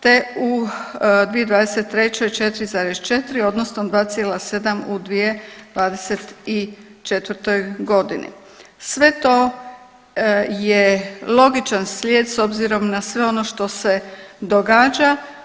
te u 2023. 4,4 odnosno 2,7 u 2024.g., sve to je logičan slijed s obzirom na sve ono što se događa.